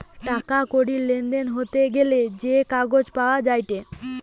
টাকা কড়ির লেনদেন হতে গ্যালে যে কাগজ পাওয়া যায়েটে